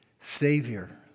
Savior